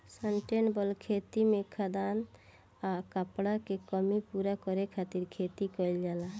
sustainable खेती में खाद्यान आ कपड़ा के कमी पूरा करे खातिर खेती कईल जाला